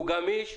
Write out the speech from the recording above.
הוא גמיש,